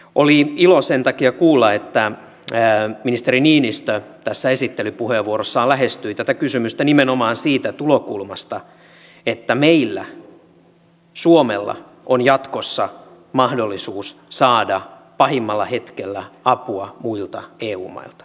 oli ilo sen takia kuulla että ministeri niinistö tässä esittelypuheenvuorossaan lähestyi tätä kysymystä nimenomaan siitä tulokulmasta että meillä suomella on jatkossa mahdollisuus saada pahimmalla hetkellä apua muilta eu mailta